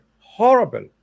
horrible